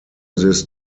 this